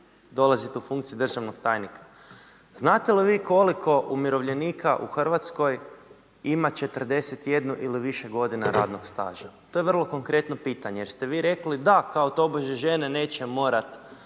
dolazite u funkciji državnog tajnika. Znate li vi koliko umirovljenika u Hrvatskoj ima 41 ili više godina radnog staža? To je vrlo konkretno pitanje jer ste vi rekli da, kao tobože žene neće morati